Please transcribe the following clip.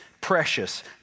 precious